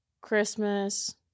Christmas